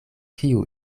kiu